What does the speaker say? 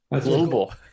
Global